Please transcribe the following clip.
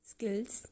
Skills